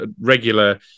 regular